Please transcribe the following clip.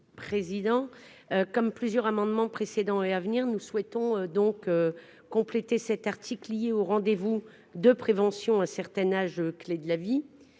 comme plusieurs amendements précédents et à venir, nous souhaitons donc compléter cet article lié au rendez-vous de prévention un certain âge clé de la vie,